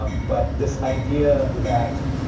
um but this idea that